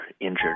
injured